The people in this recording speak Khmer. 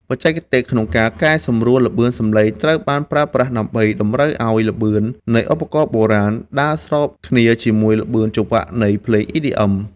បច្ចេកទេស ក្នុងការកែសម្រួលល្បឿនសំឡេង ត្រូវបានប្រើប្រាស់ដើម្បីតម្រូវឱ្យល្បឿននៃឧបករណ៍បុរាណ ដើរស្របគ្នាជាមួយល្បឿនចង្វាក់នៃភ្លេង EDM។